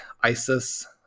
ISIS